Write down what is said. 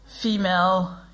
female